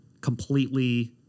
completely